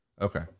Okay